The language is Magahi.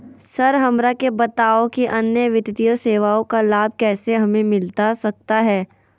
सर हमरा के बताओ कि अन्य वित्तीय सेवाओं का लाभ कैसे हमें मिलता सकता है?